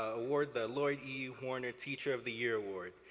ah award the lloyd e. worner teacher of the year award.